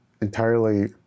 entirely